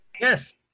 Yes